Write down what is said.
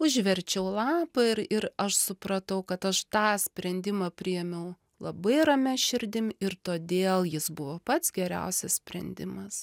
užverčiau lapą ir ir aš supratau kad aš tą sprendimą priėmiau labai ramia širdim ir todėl jis buvo pats geriausias sprendimas